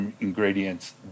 ingredients